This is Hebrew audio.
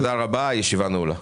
תודה רבה, הישיבה נעולה.